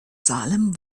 salem